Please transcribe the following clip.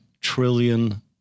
trillion